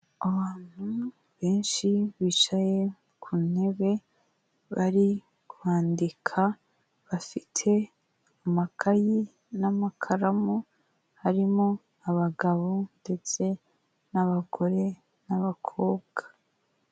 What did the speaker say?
Abantu benshi bicaye ku ntebe bari kwandika bafite amakayi n'amakaramu, harimo abagabo ndetse n'abagore n'abakobwa.